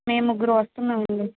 మేము ముగ్గురు వస్తున్నాం అండి